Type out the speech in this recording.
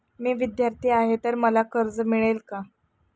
मी विद्यार्थी आहे तर मला कर्ज मिळेल का?